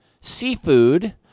seafood